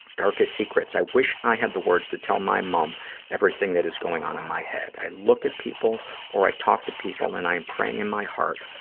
darkest secrets. i wish i had the words to tell my mom everything that is going on in my head. i look at people or i talk to people and i am praying in my heart,